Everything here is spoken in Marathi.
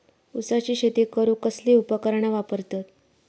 ऊसाची शेती करूक कसली उपकरणा वापरतत?